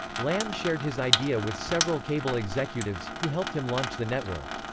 lamb shared his idea with several cable executives, who helped him launch the network.